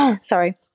sorry